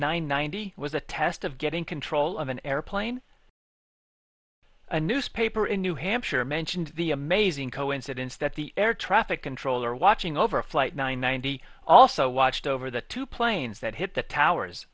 ninety was a test of getting control of an airplane a newspaper in new hampshire mentioned the amazing coincidence that the air traffic controller watching over flight ninety also watched over the two planes that hit the towers